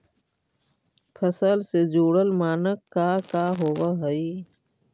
फसल से जुड़ल मानक का का होव हइ?